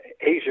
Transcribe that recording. Asia